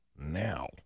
now